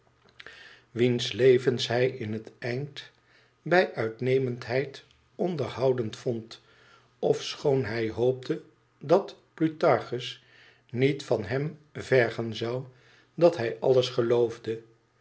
wiens levens hij in het eind bij uitnemendheid onderhoudend vond ofschoon hij hoopte dat plutarchus niet van hem vergen zou dat hij alles geloofde